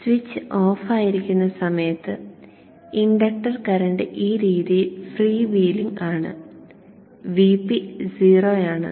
switch ഓഫായിരിക്കുന്ന സമയത്ത് inductor current ഈ രീതിയിൽ ഫ്രീ വീലിംഗ് ആണ് Vp 0 ആണ്